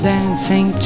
Dancing